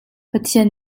pathian